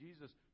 Jesus